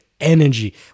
energy